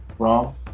wrong